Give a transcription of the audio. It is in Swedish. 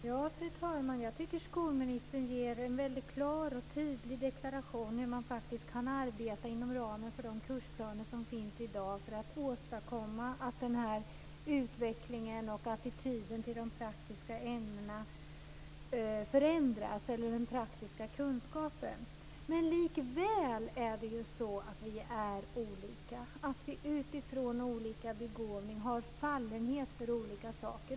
Fru talman! Jag tycker att skolministern ger en väldigt klar och tydlig deklaration om hur man faktiskt kan arbeta inom ramen för de kursplaner som finns i dag för att åstadkomma en utveckling och att attityden till den praktiska kunskapen förändras. Likväl är vi olika. Utifrån olika begåvning har vi fallenhet för olika saker.